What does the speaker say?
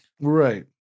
Right